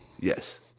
Yes